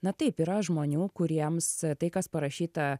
na taip yra žmonių kuriems tai kas parašyta